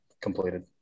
completed